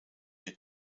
your